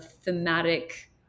thematic